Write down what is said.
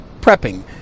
prepping